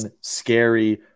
scary